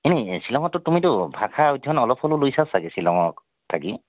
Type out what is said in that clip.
এনে শ্বিলঙততো তুমিতো ভাষা অধ্যয়ন অলপ হ'লেও লৈছা চাগৈ শ্বিলঙত থাকি